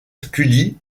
scully